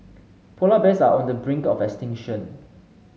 polar bears are on the brink of extinction